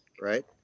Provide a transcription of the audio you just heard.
right